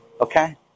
okay